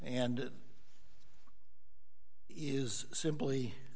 and is simply